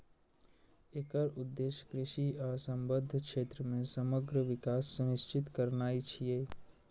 एकर उद्देश्य कृषि आ संबद्ध क्षेत्र मे समग्र विकास सुनिश्चित करनाय छियै